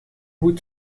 goed